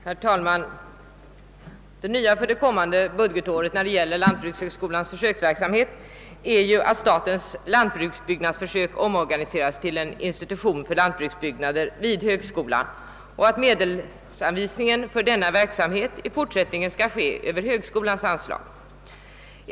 Herr talman! Det nya för det kommande budgetåret vad beträffar lantbrukshögskolans försöksverksamhet är att statens lantbruksbyggnadsförsök omorganiseras till en institution för lantbruksbyggnader vid högskolan och att medelsanvisningen för denna verksamhet :i fortsättningen skall gå över högskolans anslag.